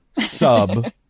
Sub